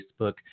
Facebook